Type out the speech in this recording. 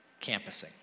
campusing